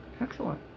Excellent